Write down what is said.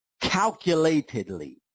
Calculatedly